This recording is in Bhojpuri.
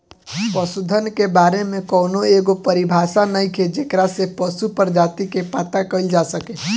पशुधन के बारे में कौनो एगो परिभाषा नइखे जेकरा से पशु प्रजाति के पता कईल जा सके